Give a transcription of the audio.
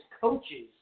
coaches